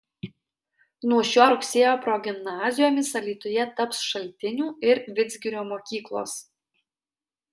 nuo šio rugsėjo progimnazijomis alytuje taps šaltinių ir vidzgirio mokyklos